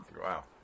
Wow